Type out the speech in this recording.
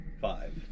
Five